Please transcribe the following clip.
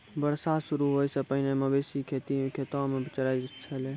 बरसात शुरू होय सें पहिने मवेशी खेतो म चरय छलै